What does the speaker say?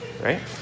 Right